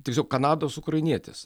tiesiog kanados ukrainietis